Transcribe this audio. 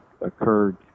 occurred